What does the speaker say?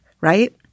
right